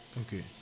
okay